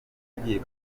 agiye